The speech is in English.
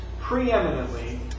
preeminently